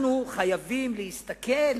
אנחנו חייבים להסתכל